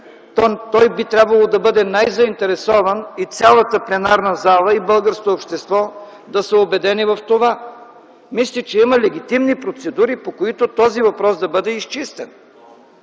би трябвало да бъде най-заинтересован и цялата пленарна зала, и българското общество да са убедени в това. Мисля, че има легитимни процедури, по които този въпрос да бъде изчистен.